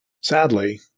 Sadly